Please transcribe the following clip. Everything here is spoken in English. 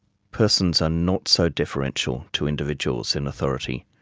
persons are not so deferential to individuals in authority,